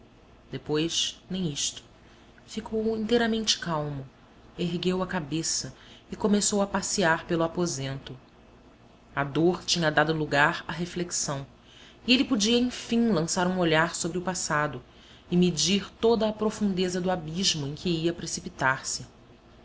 depois nem isto ficou inteiramente calmo ergueu a cabeça e começou a passear pelo aposento a dor tinha dado lugar à reflexão e ele podia enfim lançar um olhar sobre o passado e medir toda a profundeza do abismo em que ia precipitar-se